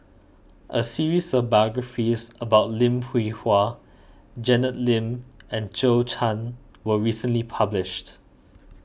a series of biographies about Lim Hwee Hua Janet Lim and Zhou Can was recently published